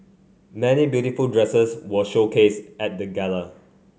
many beautiful dresses were showcased at the Gala